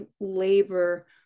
labor